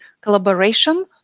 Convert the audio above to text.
collaboration